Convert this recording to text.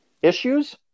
issues